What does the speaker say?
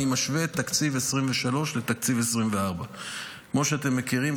אני משווה את תקציב 2023 לתקציב 2024. כמו שאתם מכירים,